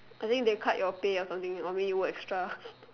I think they cut your pay or something or maybe you work extra